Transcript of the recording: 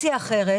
אפשרות אחרת,